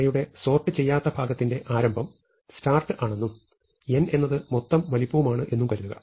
അറേയുടെ സോർട്ട് ചെയ്യാത്ത ഭാഗത്തിന്റെ ആരംഭം start ആണെന്നും n എന്നത് മൊത്തം വലുപ്പവുമാണ് എന്നും കരുതുക